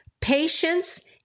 patience